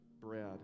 bread